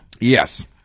Yes